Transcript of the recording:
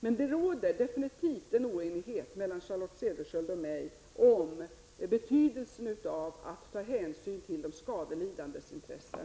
Men det råder absolut en oenighet mellan Charlotte Cederschiöld och mig om betydelsen av att ta hänsyn till de skadelidandes intressen.